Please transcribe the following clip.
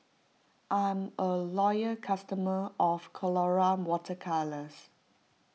I'm a loyal customer of Colora Water Colours